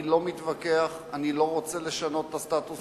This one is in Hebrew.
אני לא מתווכח, אני לא רוצה לשנות את הסטטוס-קוו,